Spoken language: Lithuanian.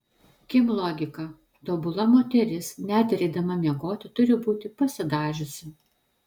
kim logika tobula moteris net ir eidama miegoti turi būti pasidažiusi